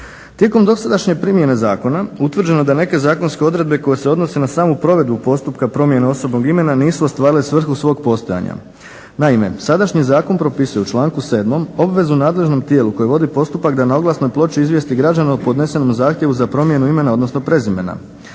Tijekom dosadašnje primjene zakona utvrđeno je da neke zakonske odredbe koje se odnose na samu provedbu postupka promjene osobnog imena nisu ostvarile svrhu svog postojanja. Naime, sadašnji zakon propisuje u članku 7. obvezu nadležnom tijelu koji vodi postupak da na oglasnoj ploči izvijesti građane o podnesenom zahtjevu za promjenu imena, odnosno prezimena